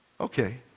Okay